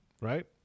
Right